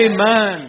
Amen